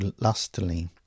lustily